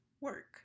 work